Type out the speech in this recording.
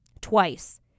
twice